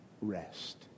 rest